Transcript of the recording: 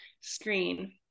screen